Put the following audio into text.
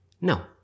No